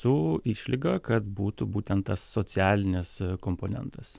su išlyga kad būtų būtent tas socialinis komponentas